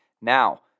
Now